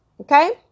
okay